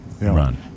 run